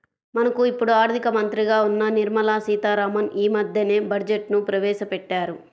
మనకు ఇప్పుడు ఆర్థిక మంత్రిగా ఉన్న నిర్మలా సీతారామన్ యీ మద్దెనే బడ్జెట్ను ప్రవేశపెట్టారు